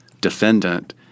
defendant